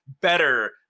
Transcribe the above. better